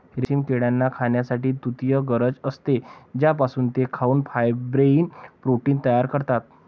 रेशीम किड्यांना खाण्यासाठी तुतीची गरज असते, ज्यापासून ते खाऊन फायब्रोइन प्रोटीन तयार करतात